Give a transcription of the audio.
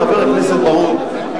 חבר הכנסת בר-און,